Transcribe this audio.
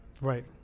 Right